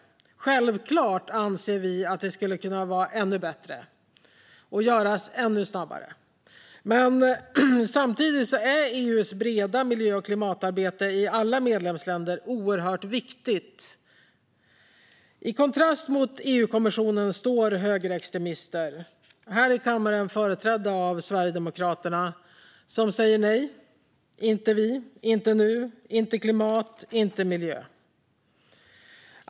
Självklart anser vi att det skulle kunna vara ännu bättre och göras ännu snabbare. Samtidigt är EU:s breda miljö och klimatarbete i alla medlemsländer oerhört viktigt. I kontrast till EU-kommissionen står högerextremister, här i kammaren företrädda av Sverigedemokraterna, som säger nej, inte vi, inte nu, inte klimat, inte miljö.